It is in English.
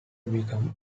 become